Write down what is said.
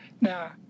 Now